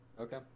Okay